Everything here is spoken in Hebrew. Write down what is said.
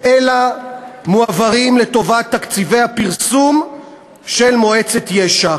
אלא מועבר לטובת תקציבי הפרסום של מועצת יש"ע.